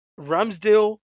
Ramsdale